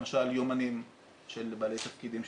למשל יומנים של בעלי תפקידים,